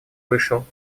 вышел